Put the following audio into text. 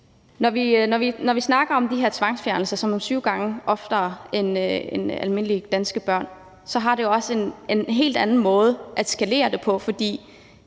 Når vi snakker om de her tvangsfjernelser, som sker syv gange så ofte end for danske børn, er det jo også en helt anden måde at skalere det på.